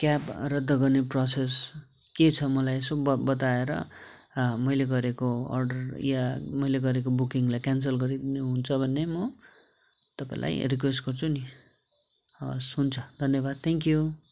cab रद्द गर्ने process के छ मलाई यसो ब बताएर मैले गरेको अर्डर या मैले गरेको बुकिङलाई क्यानसल गरिदिनु हुन्छ भने म तपाईँलाई रिक्वेस्ट गर्छु नि हस् हुन्छ धन्यवाद थ्याङ्क यू